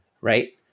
right